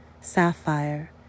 sapphire